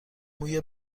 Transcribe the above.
موی